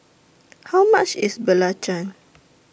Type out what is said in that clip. How much IS Belacan